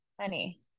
honey